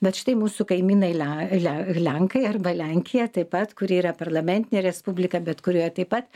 bet štai mūsų kaimynai le le lenkai arba lenkija taip pat kuri yra parlamentinė respublika bet kurioje taip pat